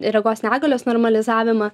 regos negalios normalizavimą